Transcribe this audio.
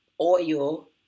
oil